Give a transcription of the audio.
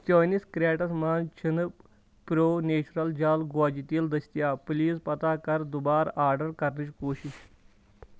چٲنِس کرٹس مَنٛز چھنہٕ پرٛو نیچر جلگوزٕ تیٖل دٔسیتاب پلیز پتہ کر دُبارٕ آرڈر کرنٕچ کوٗشش